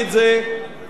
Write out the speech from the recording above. מבחינה לוגית,